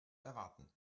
erwarten